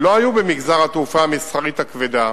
לא היו במגזר התעופה המסחרית הכבדה,